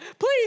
Please